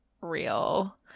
real